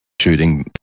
shooting